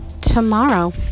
tomorrow